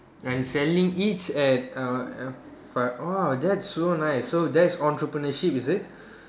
and selling each at uh fo~ !wow! that's so nice so that's entrepreneurship is it